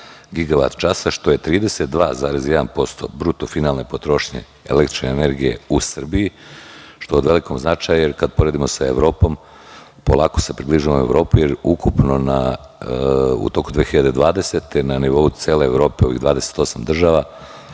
gigavat časa, što je 32,1% bruto finalne potrošnje električne energije u Srbiji, što je od velikog značaja, jer kada poredimo sa Evropom, polako se približavamo Evropi, jer ukupno u toku 2020. godine, na nivou cele Evrope, 28 država,